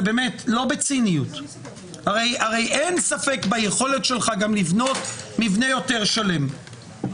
בציניות - ואין ספק ביכולת שלך גם לבנות מבנה יותר שלם,